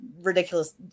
ridiculous